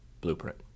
blueprint